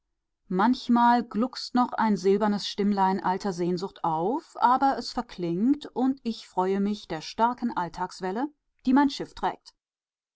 manchmal gluckst noch ein silbernes stimmlein alter sehnsucht auf aber es verklingt und ich freue mich der starken alltagswelle die mein schiff trägt